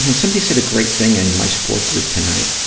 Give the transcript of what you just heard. you know somebody said a great thing in my support group tonight,